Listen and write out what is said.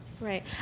Right